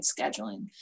scheduling